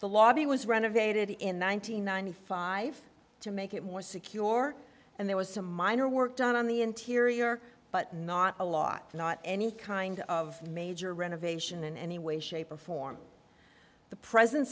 the lobby was renovated in one nine hundred ninety five to make it more secure and there was some minor work done on the interior but not a lot and not any kind of major renovation in any way shape or form the present